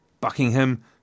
Buckingham